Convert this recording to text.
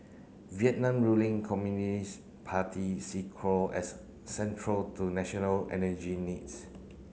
Vietnam ruling Communist Party see coal as central to national energy needs